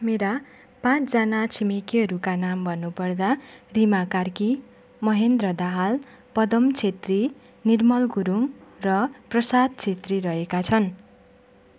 मेरा पाँचजना छिमेकीहरूका नाम भन्नु पर्दा दिमा कार्की महेन्द्र दाहाल पदम छेत्री निर्मल गुरुङ र प्रसाद छेत्री रहेका छन्